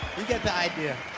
we get the idea.